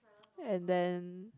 and then